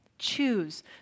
choose